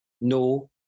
no